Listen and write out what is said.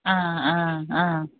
ആ ആ ആ